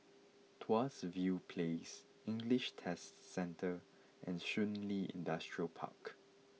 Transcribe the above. Tuas View Place English Test Centre and Shun Li Industrial Park